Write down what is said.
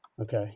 Okay